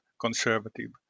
conservative